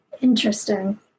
Interesting